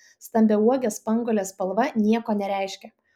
stambiauogės spanguolės spalva nieko nereiškia